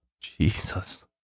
Jesus